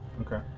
Okay